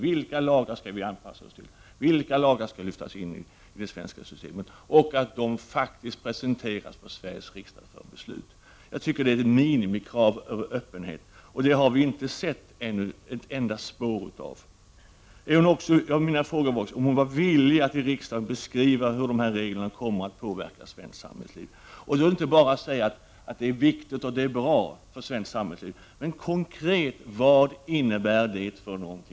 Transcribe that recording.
Vilka lagar skall vi anpassa oss till? Vilka lagar skall lyftas in i det svenska systemet? Detta skall faktiskt presenteras för Sveriges riksdag för beslut — det tycker jag är ett minimikrav när det gäller öppenhet. Och sådan öppenhet har vi ännu inte sett ett enda spår av. En av mina frågor var om Anita Gradin var villig att i riksdagen beskriva hur de här reglerna kommer att påverka svenskt samhällsliv. Då räcker det inte att bara säga att det är viktigt och bra för svenskt näringsliv. Vad innebär det konkret?